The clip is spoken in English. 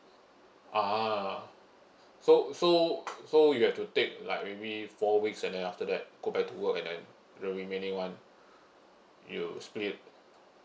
ah so so so you'll have to take like maybe four weeks and then after that go back to work and then the remaining one you split it